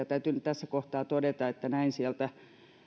täytyy nyt tässä kohtaa todeta että näin silloin sieltä